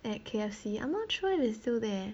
at K_F_C I'm not sure if it's still there